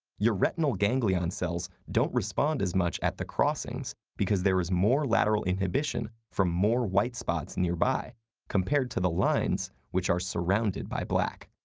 your retinal ganglion cells don't respond as much at the crossings because there is more lateral inhibition for more white spots nearby compared to the lines, which are surrounded by black.